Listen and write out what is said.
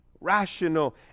rational